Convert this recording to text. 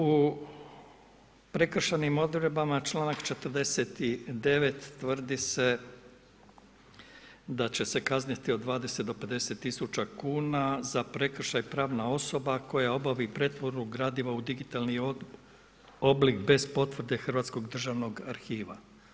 U prekršajnim odredbama čl. 49. tvrdi se da će kazniti od 20 do 50 tisuća kuna za prekršaj pravna osoba koja obavi pretvorbu gradiva u digitalni oblik bez potvrde Hrvatskog državnog arhiva.